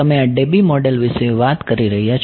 તમે આ Debye model વિષે વાત કરી રહ્યા છો